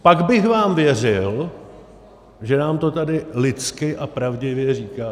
Pak bych vám věřil, že nám to tady lidsky a pravdivě říkáte.